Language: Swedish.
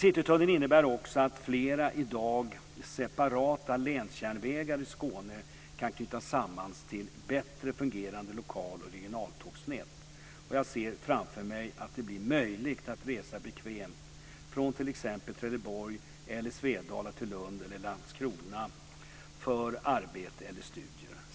Citytunneln innebär också att flera i dag separata länsjärnvägar i Skåne kan knytas samman till bättre fungerande lokal och regionaltågsnät. Jag ser framför mig att det blir möjligt att resa bekvämt från t.ex. Trelleborg eller Svedala till Lund eller Landskrona för arbete eller studier.